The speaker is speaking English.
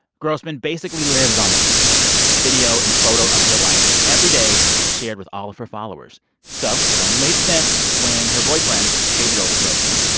grossman basically lives on instagram video and photo of her life every day shared with all of her followers so it only made sense when her boyfriend, gabriel grossman,